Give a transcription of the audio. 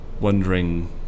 Wondering